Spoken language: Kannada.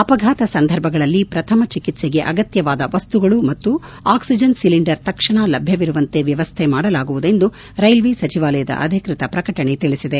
ಅಪಘಾತ ಸಂದರ್ಭಗಳಲ್ಲಿ ಪ್ರಥಮ ಚಿಕಿತ್ಸೆಗೆ ಅಗತ್ಯವಾದ ವಸ್ತುಗಳು ಮತ್ತು ಆಕ್ಲಿಜನ್ ಸಿಲಿಂಡರ್ ತಕ್ಷಣ ಲಭ್ಯವಿರುವಂತೆ ವ್ಯವಸ್ಥೆ ಮಾಡಲಾಗುವುದು ಎಂದು ರೈಲ್ವೆ ಸಚಿವಾಲಯ ಅಧಿಕೃತ ಪ್ರಕಟಣೆ ಹೊರಡಿಸಿದೆ